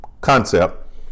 concept